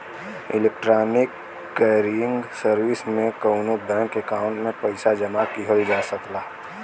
electronic clearing services में कउनो bank account में पइसा जमा किहल जा सकला